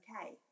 okay